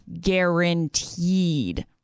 Guaranteed